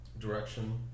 Direction